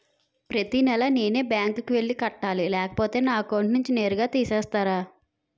ప్రతి నెల నేనే బ్యాంక్ కి వెళ్లి కట్టాలి లేకపోతే నా అకౌంట్ నుంచి నేరుగా తీసేస్తర?